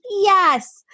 yes